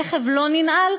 הרכב לא ננעל,